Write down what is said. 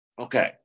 Okay